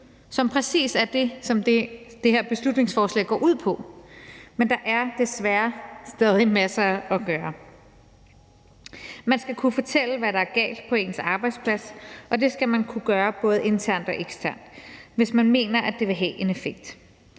som præcis er det, det her beslutningsforslag går ud på, men der er desværre stadig masser at gøre. Man skal kunne fortælle, hvad der er galt på ens arbejdsplads, og det skal man kunne gøre både internt og eksternt, hvis man mener, at det vil have en effekt.